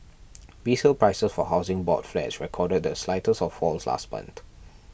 resale prices for Housing Board flats recorded the slightest of falls last month